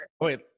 Wait